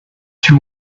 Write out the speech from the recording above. two